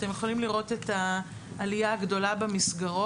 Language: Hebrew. אתם יכולים לראות את העלייה הגדולה במסגרות.